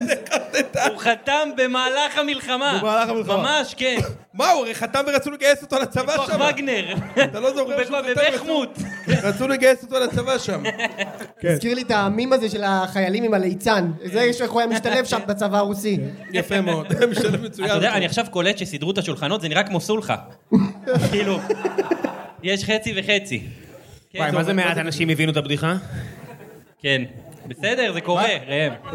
הוא חתם במהלך המלחמה הוא במהלך המלחמה? ממש כן מה הוא חתם ורצו לגייס אותו על הצבא שם? כח ווגנר אתה לא זוכר שהוא חתם ורצו לגייס אותו על הצבא שם הזכיר לי את הmeme הזה של החיילים עם הליצן זה איך הוא היה משתלב שם בצבא הרוסי יפה מאוד משתלב מצוין אתה יודע אני עכשיו קולט שסידרו את השולחנות זה נראה כמו סולחה כאילו יש חצי וחצי וואי מה זה מעט אנשים הבינו את הבדיחה כן בסדר זה קורה